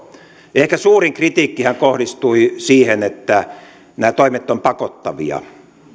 ehkä suurin kritiikkihän kohdistui siihen että nämä toimet ovat pakottavia